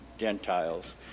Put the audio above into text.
Gentiles